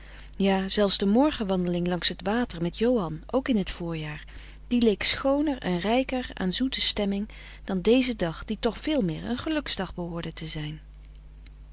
ja zelfs de morgenwandeling langs t water met johan ook in t voorjaar die leek schooner en rijker aan zoete stemming dan dezen dag die toch veel meer een geluksdag behoorde te zijn